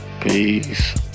Peace